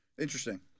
interesting